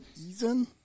Eason